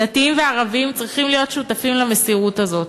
דתיים וערבים צריכים להיות שותפים למסירות הזאת".